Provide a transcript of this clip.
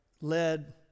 led